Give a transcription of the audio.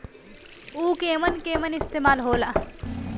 उव केमन केमन इस्तेमाल हो ला?